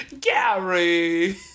Gary